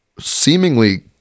Seemingly